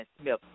Smith